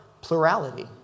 Plurality